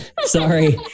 Sorry